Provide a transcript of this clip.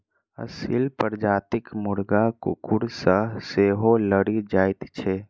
असील प्रजातिक मुर्गा कुकुर सॅ सेहो लड़ि जाइत छै